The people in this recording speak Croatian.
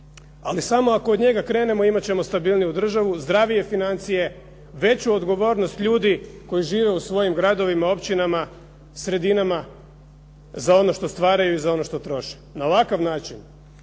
ali samo ako od njega krenemo imat ćemo stabilniju državu, zdravije financije, većinu odgovornost ljudi koji žive u svojim gradovima, općinama, sredinama za ono što stvaraju i za ono što troše. Na ovakav način,